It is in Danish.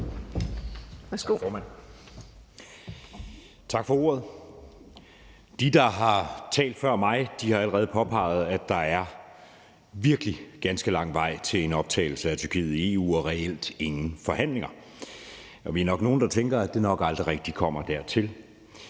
Tak for ordet, formand. De, der har talt før mig, har allerede påpeget, at der virkelig er ganske lang vej til en optagelse af Tyrkiet i EU og reelt ingen forhandlinger. Vi er nok nogle, der tænker, at det nok aldrig rigtig kommer dertil.